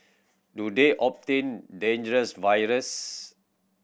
do they obtain dangerous viruses